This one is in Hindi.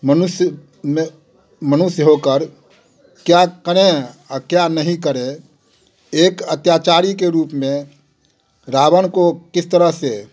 मनुष्य में मनुस्य हो कर क्या करें आ क्या नहीं करें एक अत्याचारी के रूप में रावण को किस तरह से